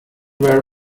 were